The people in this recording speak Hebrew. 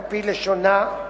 על-פי לשונה,